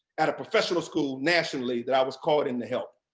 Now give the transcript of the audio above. at a professional school nationally that i was called in to help.